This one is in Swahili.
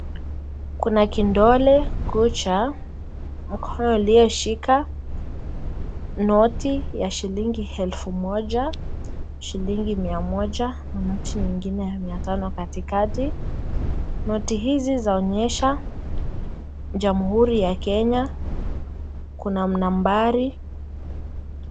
Kuna kidole kucha, mkono inayoshika noti ya shilingi elfu moja, shilingi mia moja na noti ingine ya mia tano katikati. Noti hizi zaonyesha jamguri ya Kenya kuna nambari.